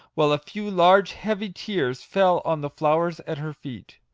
while a few large, heavy tears, fell on the flowers at her feet!